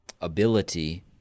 ability